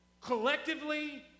collectively